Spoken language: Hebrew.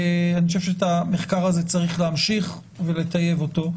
אני חושב שאת המחקר הזה צריך להמשיך ולטייב אותו.